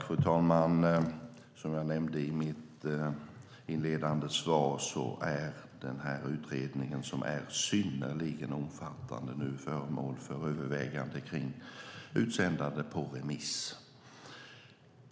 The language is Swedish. Fru talman! Som jag nämnde i mitt inledande svar är denna synnerligen omfattande utredning föremål för övervägande om utsändande på remiss.